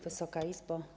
Wysoka Izbo!